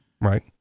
right